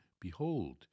Behold